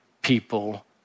people